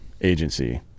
agency